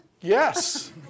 Yes